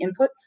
inputs